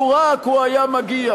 לו רק הוא היה מגיע.